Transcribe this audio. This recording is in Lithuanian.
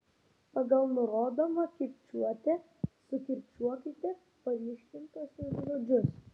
pagal nurodomą kirčiuotę sukirčiuokite paryškintuosius žodžius